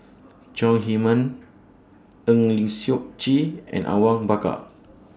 Chong Heman Eng Lee Seok Chee and Awang Bakar